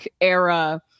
era